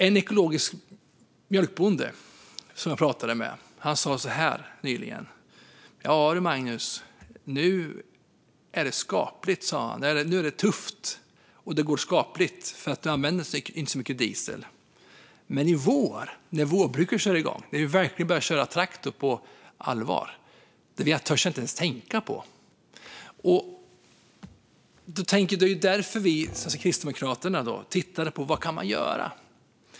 En ekologisk mjölkbonde som jag pratade med nyligen sa så här: Ja du, Magnus, nu är det tufft. Det går skapligt eftersom jag inte använder så mycket diesel. Men i vår, när vårbruket kör igång och vi verkligen börjar köra traktor på allvar - det törs jag inte ens tänka på! Det är ju därför vi i Kristdemokraterna tittade på vad man kan göra.